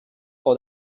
for